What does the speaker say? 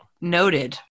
Noted